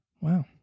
wow